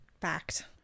fact